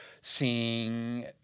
seeing